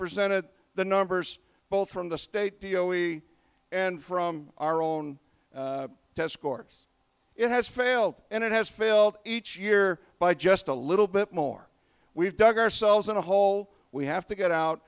presented the numbers both from the state to you know we and from our own test scores it has failed and it has failed each year by just a little bit more we've dug ourselves in a hole we have to get out